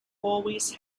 always